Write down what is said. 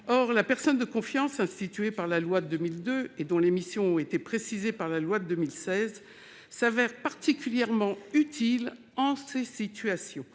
la personne de confiance instituée par la loi de 2002, dont les missions ont été précisées par la loi de 2016. Or celle-ci s'avère particulièrement utile en pareille situation.